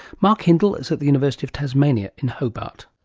mark hindell is at the university of tasmania in hobart.